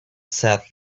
said